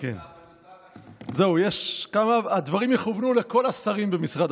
יש גם שר במשרד